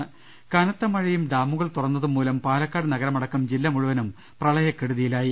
രുട കനത്ത മഴയും ഡാമുകൾ തുറന്നതും മൂലം പാലക്കാട് നഗരമടക്കം ജില്ല മുഴുവനും പ്രളയക്കെടുതിയിലായി